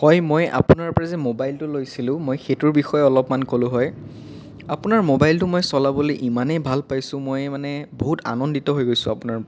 হয় মই আপোনাৰ পৰা যে মোবাইলটো লৈছিলোঁ মই সেইটোৰ বিষয়ে অলপমান ক'লোঁ হয় আপোনাৰ মোবাইলটো মই চলাবলৈ ইমানেই ভাল পাইছোঁ মই মানে বহুত আনন্দিত হৈ গৈছোঁ আপোনাৰ